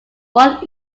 one